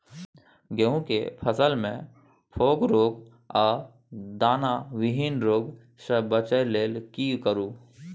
गेहूं के फसल मे फोक रोग आ दाना विहीन रोग सॅ बचबय लेल की करू?